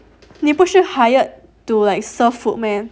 你不是 hired to like serve food meh